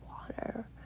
water